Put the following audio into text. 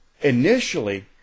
Initially